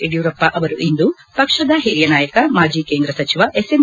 ಯಡಿಯೂರಪ್ಪ ಅವರು ಇಂದು ಪಕ್ಷದ ಹಿರಿಯ ನಾಯಕ ಮಾಜಿ ಕೇಂದ್ರ ಸಚಿವ ಎಸ್ ಎಂ